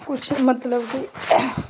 कुछ मतलब कि